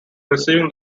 receiving